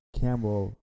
Campbell